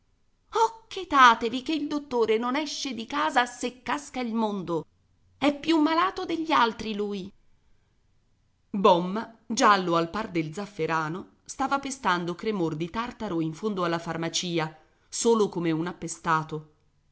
o chetatevi che il dottore non esce di casa se casca il mondo è più malato degli altri lui bomma giallo al par del zafferano stava pestando cremor di tartaro in fondo alla farmacia solo come un appestato